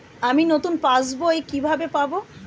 আমি নতুন পাস বই কিভাবে পাব?